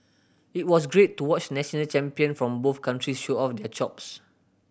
it was great to watch national champion from both countries show off their chops